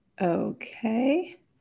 Okay